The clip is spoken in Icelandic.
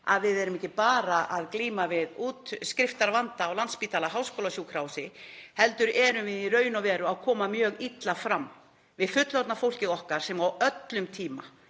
að við erum ekki bara að glíma við útskriftarvanda á Landspítala, háskólasjúkrahúsi, heldur erum við í raun og veru að koma mjög illa fram við fullorðna fólkið okkar sem á öllum tíma